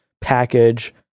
package